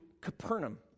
Capernaum